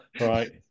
right